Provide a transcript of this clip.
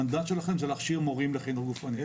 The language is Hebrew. המנדט שלכם זה להכשיר מורים לחינוך גופני.